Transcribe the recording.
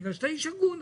בגלל שאתה איש הגון,